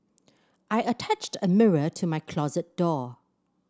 I attached a mirror to my closet door